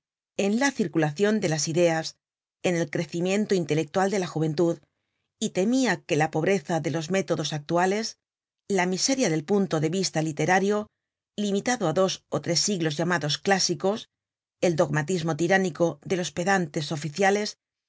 en la circulacion de las ideas en el crecimiento intelectual de la juventud y temia que la pobreza de los métodos actuales la miseria del punto de vista literario limitado á dos ó tres siglos llamados clásicos el dogmatismo tiránico de los pedantes oficiales